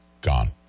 gone